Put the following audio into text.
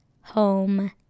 home